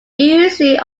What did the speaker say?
usually